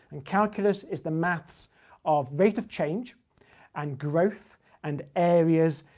and calculus is the maths of rate of change and growth and areas,